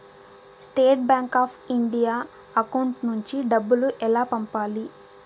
State bank of India account నుంచి డబ్బులు ఎలా పంపాలి?